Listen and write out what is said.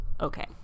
Okay